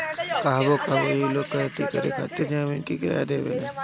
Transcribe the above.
कहवो कहवो ई लोग खेती करे खातिर जमीन के किराया देवेला